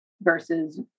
versus